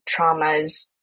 traumas